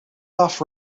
off